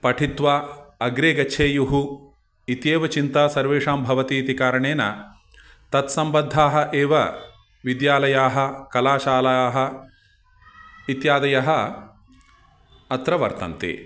पठित्वा अग्रे गच्छेयुः इत्येव चिन्ता सर्वेषां भवतीति कारणेन तत्सम्बद्धाः एव विद्यालयाः कलाशालाः इत्यादयः अत्र वर्तन्ते